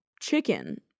chicken